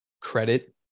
credit